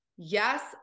Yes